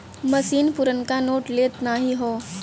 मसीन पुरनका नोट लेत नाहीं हौ